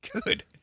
Good